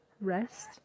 rest